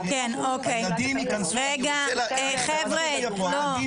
הילדים יכנסו ואני רוצה --- חברים, רגע.